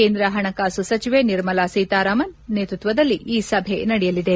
ಕೇಂದ್ರ ಹಣಕಾಸು ಸಚಿವೆ ನಿರ್ಮಲಾ ಸೀತಾರಾಮನ್ ನೇತೃತ್ವದಲ್ಲಿ ಈ ಸಭೆ ನಡೆಯಲಿದೆ